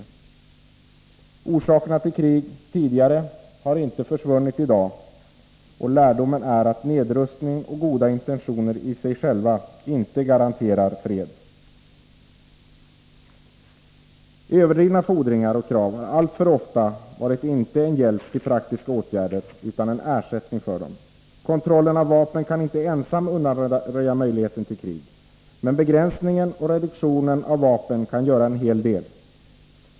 De tidigare orsakerna till krig har inte försvunnit i dag. Lärdomen är att nedrustning och goda intentioner i sig själva inte garanterar fred. Överdrivna fordringar och krav har alltför ofta varit inte en hjälp till praktiska åtgärder utan en ersättning för dem. Kontrollen av vapnen kan inte ensam undanröja risken för krig, men begränsningen och reduktionen av vapnen kan göra en hel del.